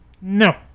No